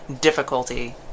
difficulty